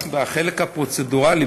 רק בחלק הפרוצדורלי.